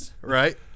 right